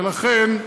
ולכן,